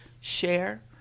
share